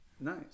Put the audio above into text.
Nice